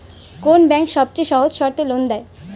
কোন ব্যাংক সবচেয়ে সহজ শর্তে লোন দেয়?